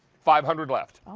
five hundred left.